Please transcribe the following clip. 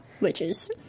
witches